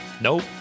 Nope